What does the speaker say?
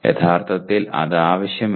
യഥാർത്ഥത്തിൽ അത് ആവശ്യമില്ല